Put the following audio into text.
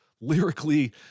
lyrically